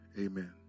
Amen